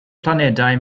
planedau